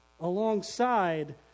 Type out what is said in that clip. alongside